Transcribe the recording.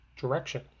direction